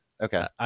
okay